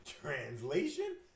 Translation